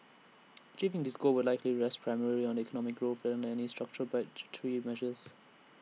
achieving this goal will likely rest primarily on economic growth than any structural budgetary measures